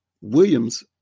Williams